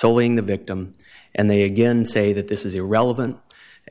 soling the victim and they again say that this is irrelevant